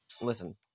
Listen